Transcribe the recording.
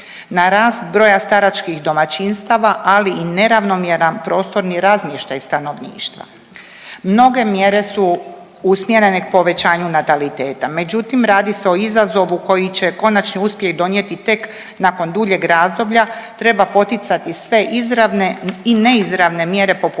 na rast broja staračkih domaćinstava, ali i neravnomjeran prostorni razmještaj stanovništva. Mnoge mjere su usmjerene povećanju nataliteta međutim radi se o izazovu koji će konačni uspjeh donijeti tek nakon duljeg razdoblja. Treba poticati sve izravne i neizravne mjere populacijske